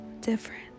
different